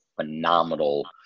phenomenal